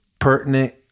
pertinent